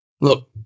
look